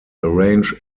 arrange